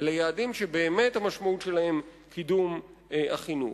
אלא יעדים שהמשמעות שלהם היא באמת קידום החינוך.